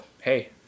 hey